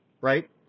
Right